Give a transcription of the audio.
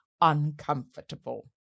uncomfortable